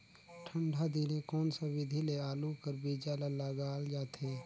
ठंडा दिने कोन सा विधि ले आलू कर बीजा ल लगाल जाथे?